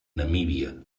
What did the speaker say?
namíbia